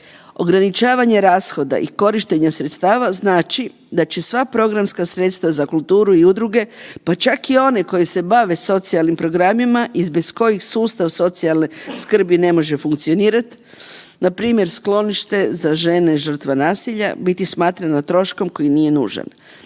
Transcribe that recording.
Ograničavanje rashoda i korištenje sredstava znači da će sva programska sredstva za kulturu i udruge, pa čak i oni koji se bave socijalnim programima i bez kojih sustav socijalne skrbi ne može funkcionirati npr. sklonište za žene žrtve nasilja biti smatrana troškom koji nije nužan.